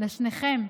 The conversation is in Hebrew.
לשניכם,